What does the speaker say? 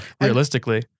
Realistically